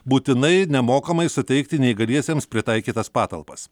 būtinai nemokamai suteikti neįgaliesiems pritaikytas patalpas